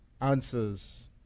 answers